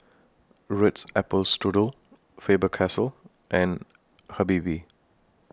Ritz Apple Strudel Faber Castell and Habibie